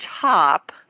top